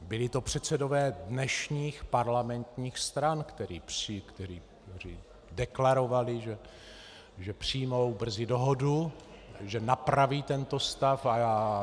Byli to předsedové dnešních parlamentních stran, kteří deklarovali, že přijmou brzy dohodu, že napraví tento stav.